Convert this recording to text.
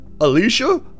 Alicia